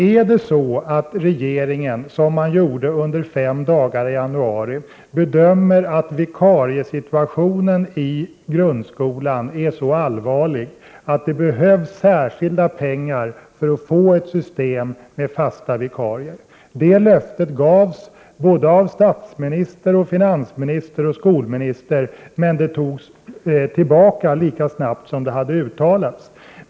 Är det så att regeringen bedömer — som den gjorde under fem dagar i januari — att vikariesituationen i grundskolan är så allvarlig att det behövs särskilda pengar för att få ett system med fasta vikarier? Det löftet gavs av både statsminister, finansminister och skolminister, men det togs tillbaka lika snabbt som det hade uttalats.